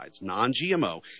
non-GMO